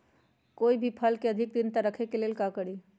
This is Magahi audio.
कोई भी फल के अधिक दिन तक रखे के ले ल का करी?